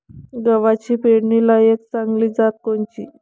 गव्हाची पेरनीलायक चांगली जात कोनची?